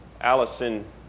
Allison